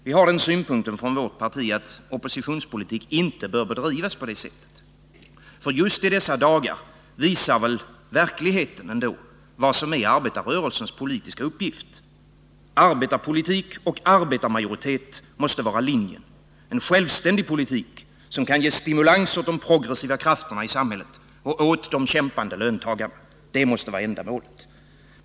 Vi i vårt parti menar att oppositionspolitik inte bör bedrivas på det sättet, och just i dessa dagar visar väl verkligheten vad som är arbetarrörelsens politiska uppgift. Arbetarpolitik och arbetarmajoritet måste vara linjen, en självständig politik som kan ge stimulans åt de progressiva krafterna i samhället och åt de kämpande löntagarna — det måste vara ändamålet.